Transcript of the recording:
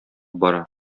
бара